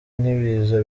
n’ibiza